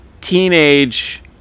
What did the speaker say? teenage